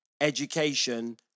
education